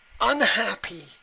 unhappy